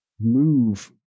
move